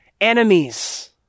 enemies